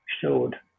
showed